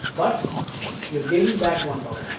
but you are gaining back one but